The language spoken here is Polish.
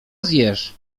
zjesz